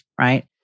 right